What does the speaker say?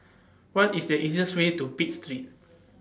What IS The easiest Way to Pitt Street